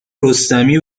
رستمی